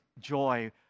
joy